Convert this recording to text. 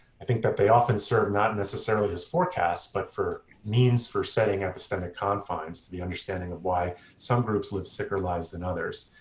i think that they often serve not necessarily as forecasts, but as means for setting epistemic confines to the understanding of why some groups live sicker lives than others.